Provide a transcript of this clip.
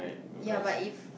ya but if